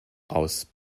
aus